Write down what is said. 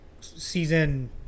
season